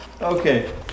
Okay